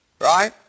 right